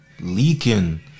Leaking